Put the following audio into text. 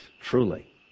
truly